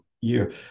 year